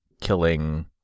killing